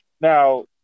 Now